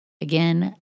Again